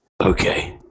okay